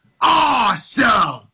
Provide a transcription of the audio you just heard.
awesome